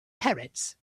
parrots